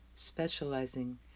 specializing